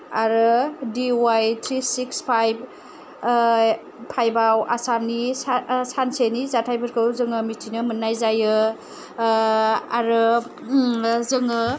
आरो D Y three six five फाइभाव आसामनि सा सानसेनि जाथायफोरखौ जोङो मिथिनो मोननाय जायो आरो जोङो